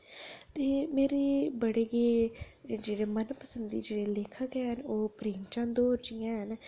ते एह् मेरी बड़ी गै मन पसंद जेह्ड़े लेखक ओह् प्रेमचंद होर जी न